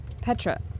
Petra